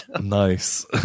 nice